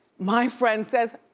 my friend says,